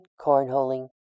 cornholing